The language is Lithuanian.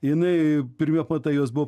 jinai pirmi apmatai jos buvo